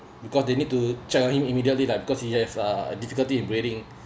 because they need to check on him immediately like because he have uh difficulty in breathing